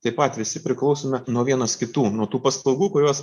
taip pat visi priklausome nuo vienos kitų nuo tų paslaugų kuriuos